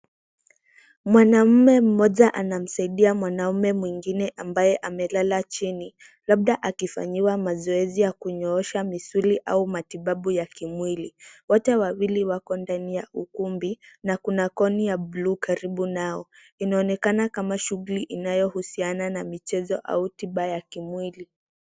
Mwanamume mmoja anamsaidia mwanaume mwingine ambaye amelala chini labda akifanyiwa mazoezi ya kunyoosha misuli au matibabu ya kimwili. Wote wawili wako ndani ya ukumbi na kuna koni ya blue karibu nao na inaonekana kama shughuli inayo husiana na michezo au tiba ya kimwili.